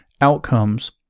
outcomes